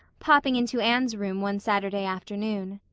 popping into anne's room one saturday afternoon.